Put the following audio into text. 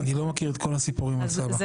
אני לא מכיר את כל הסיפורים על סבא.